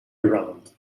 around